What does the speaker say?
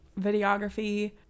videography